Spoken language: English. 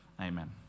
Amen